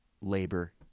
labor